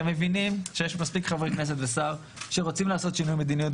הם מבינים שיש מספיק חברי כנסת ושר שרוצים לעשות שינוי מדיניות,